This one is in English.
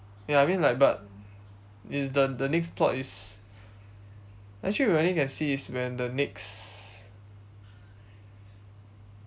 ya I mean like but it's the the next plot is actually we only can see is when the next